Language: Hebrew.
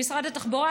למשרד התחבורה,